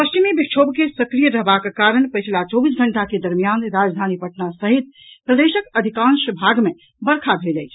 पश्चिम विक्षोभ के सक्रिय रहबाक कारण पछिला चौबीस घंटा के दरमियान राजधानी पटना सहित प्रदेशक अधिकांश भाग मे वर्षा भेल अछि